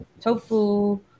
tofu